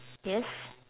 yes